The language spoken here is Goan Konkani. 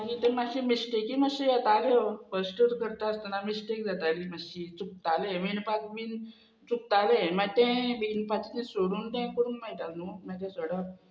आनी ते मात्शे मिस्टेकूय मात्शे येताल्यो फस्ट तर करता आसतना मिस्टेक जाताली मात्शी चुकताले विणपाक बीन चुकताले मागीर ते विनपाचे ते सोडून ते करूंक मेळटा न्हू मागीर सोडप